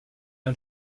ein